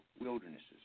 wildernesses